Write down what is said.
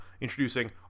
introducing